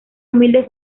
humilde